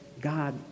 God